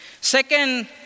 Second